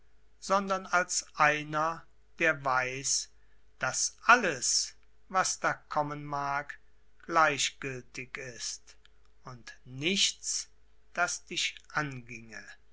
sondern als einer der weiß daß alles was da kommen mag gleichgiltig ist und nichts das dich angienge